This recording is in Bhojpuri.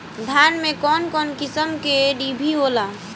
धान में कउन कउन किस्म के डिभी होला?